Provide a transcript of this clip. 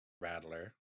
Rattler